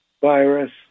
virus